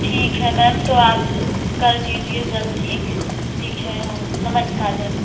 ठीक है मैम तो आप कर दीजिए जल्द ही ठीक है हाँ नमस्कार मैम